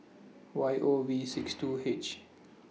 Y O V six two H